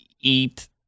eat